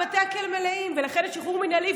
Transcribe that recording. בתי הכלא מלאים ולכן יש שחרור מינהלי.